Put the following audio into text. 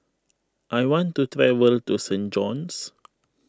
I want to travel to Saint John's